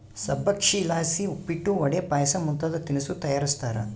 ಸಬ್ಬಕ್ಶಿಲಾಸಿ ಉಪ್ಪಿಟ್ಟು, ವಡೆ, ಪಾಯಸ ಮುಂತಾದ ತಿನಿಸು ತಯಾರಿಸ್ತಾರ